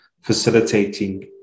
facilitating